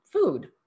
food